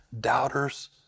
doubters